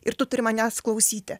ir tu turi manęs klausyti